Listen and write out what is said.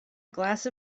glass